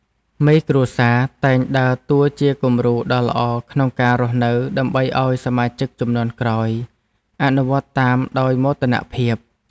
មេគ្រួសារតែងដើរតួជាគំរូដ៏ល្អក្នុងការរស់នៅដើម្បីឱ្យសមាជិកជំនាន់ក្រោយអនុវត្តតាមដោយមោទនភាព។